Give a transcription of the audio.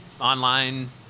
online